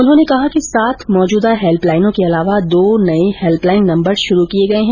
उन्होंने कहा कि सात मौजूदा हैल्पलाइनों के अलावा दो नये हेल्पलाइन नम्बर शुरू किये गये हैं